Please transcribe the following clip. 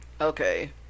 Okay